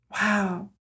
Wow